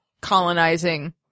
colonizing